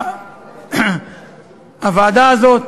הוועדה הזאת